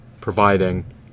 providing